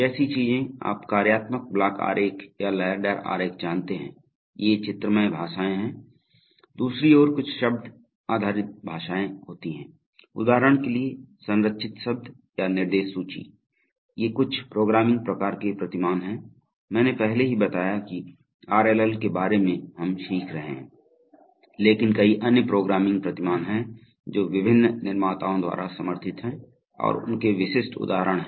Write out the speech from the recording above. जैसी चीजें आप कार्यात्मक ब्लॉक आरेख या लैडर आरेख जानते हैं ये चित्रमय भाषाएं हैं दूसरी ओर कुछ शब्द आधारित भाषाएं होती हैं उदाहरण के लिए संरचित शब्द या निर्देश सूची ये कुछ प्रोग्रामिंग प्रकार के प्रतिमान हैं मैंने पहले ही बताया कि आरएलएल के बारे में हम सीख रहे हैं लेकिन कई अन्य प्रोग्रामिंग प्रतिमान हैं जो विभिन्न निर्माताओं द्वारा समर्थित है और उनके विशिष्ट उदाहरण हैं